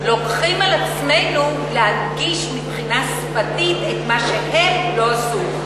לוקחים על עצמנו להנגיש מבחינה שפתית את מה שהם לא עשו.